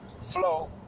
flow